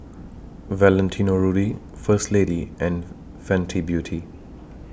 Valentino Rudy First Lady and Fenty Beauty